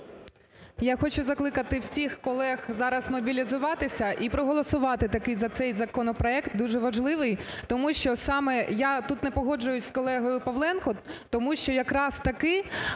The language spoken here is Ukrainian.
Я хочу закликати всіх колег зараз мобілізуватися і проголосувати таки за цей законопроект дуже важливий, тому що саме я тут не погоджуюсь з колегою Павленком, тому що якраз таки